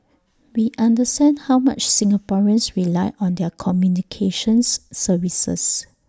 we understand how much Singaporeans rely on their communications services